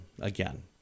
again